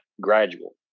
gradual